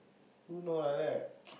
who don't like that